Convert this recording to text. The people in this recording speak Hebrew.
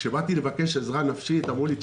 כשבאתי לבקש עזרה נפשית אמרו לי: